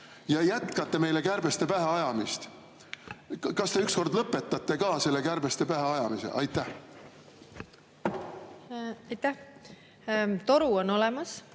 ja jätkate meile kärbeste päheajamist. Kas te ükskord lõpetate ka selle kärbeste päheajamise? Aitäh! Toru on olemas,